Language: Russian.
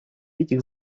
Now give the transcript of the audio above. этих